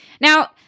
Now